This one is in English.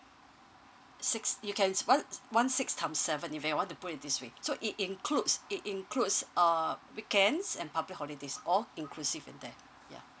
six you can one one six times seven if uh you want to put it this way so it includes it includes uh weekends and public holidays all inclusive and that yeah